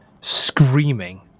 screaming